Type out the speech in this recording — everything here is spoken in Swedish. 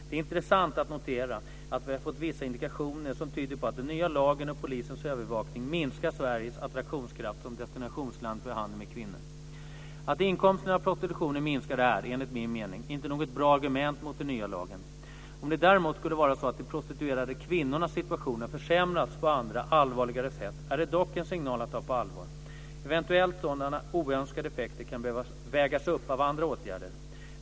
Det är intressant att notera att vi har fått vissa indikationer som tyder på att den nya lagen och polisens övervakning minskar Sveriges attraktionskraft som destinationsland för handeln med kvinnor. Att inkomsterna av prostitutionen minskar är, enligt min mening, inte något bra argument mot den nya lagen. Om det däremot skulle vara så att de prostituerade kvinnornas situation har försämrats på andra, allvarligare sätt är det dock en signal att ta på allvar. Eventuella sådana oönskade effekter kan behöva vägas upp av andra åtgärder.